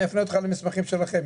אני אפנה אותך למסמכים שלכם,